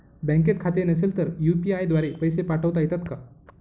बँकेत खाते नसेल तर यू.पी.आय द्वारे पैसे पाठवता येतात का?